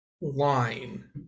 line